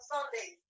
Sunday